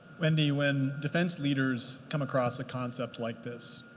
wendy, when defense leaders come across a concept like this,